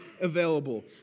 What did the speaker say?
available